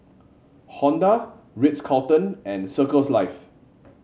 Honda Ritz Carlton and Circles Life